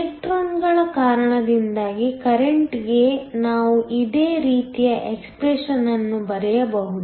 ಎಲೆಕ್ಟ್ರಾನ್ಗಳ ಕಾರಣದಿಂದಾಗಿ ಕರೆಂಟ್ಕ್ಕೆ ನಾವು ಇದೇ ರೀತಿಯ ಎಕ್ಸ್ಪ್ರೆಶನ್ ಅನ್ನು ಬರೆಯಬಹುದು